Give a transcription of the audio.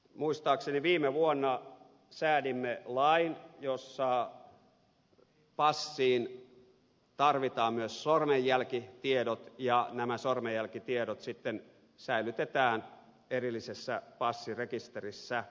muistaakseni viime vuonna säädimme lain jossa passiin tarvitaan myös sormenjälkitiedot ja nämä sormenjälkitiedot sitten säilytetään erillisessä passirekisterissä